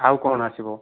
ଆଉ କ'ଣ ଆସିବ